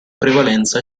prevalenza